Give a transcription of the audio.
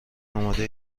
آماده